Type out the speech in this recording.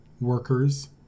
workers